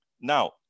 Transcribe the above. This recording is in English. Now